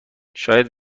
شاید